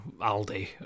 Aldi